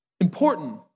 important